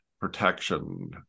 protection